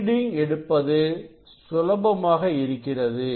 reading எடுப்பது சுலபமாக இருக்கிறது